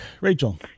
Rachel